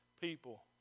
people